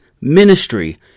ministry